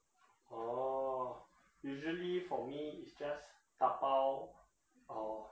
orh usually for me is just 打包 uh